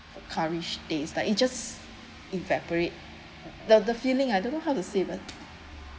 a curry taste like it just evaporate the the feeling I don't know how to say but